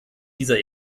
dieser